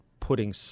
putting